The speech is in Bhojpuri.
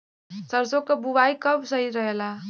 सरसों क बुवाई कब सही रहेला?